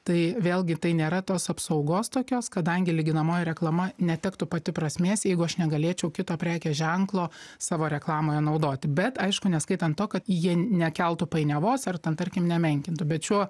tai vėlgi tai nėra tos apsaugos tokios kadangi lyginamoji reklama netektų pati prasmės jeigu aš negalėčiau kito prekės ženklo savo reklamoje naudoti bet aišku neskaitant to kad jie nekeltų painiavos ar ten tarkim nemenkintų bet šiuo